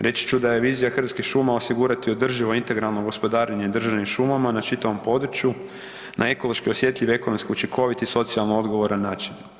Reći ću da je vizija Hrvatskih šuma osigurati održivo integralno gospodarenje državnim šumama na čitavom području na ekološki osjetljiv, ekonomski učinkovit i socijalno odgovoran način.